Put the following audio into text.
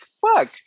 fuck